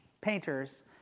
painters